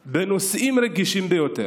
בנושאים רגישים ביותר,